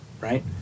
right